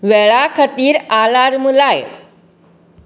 वेळा खातीर आलार्म लाय